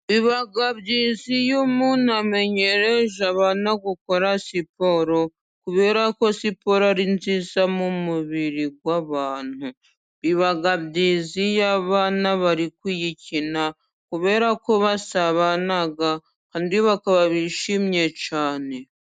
Biba byiza iyo umuntu amenyereje abana gukora siporo, kubera ko siporo ari nziza mu mubiri w'abantu. Biba byiza iyo abana bari kuyikina, kubera ko basabana bakaba bishimye cyane.